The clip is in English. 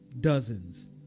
dozens